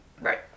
right